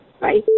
Bye